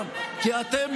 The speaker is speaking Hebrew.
בכישרון?